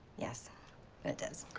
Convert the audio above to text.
yes it does.